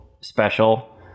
special